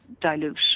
dilute